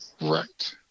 right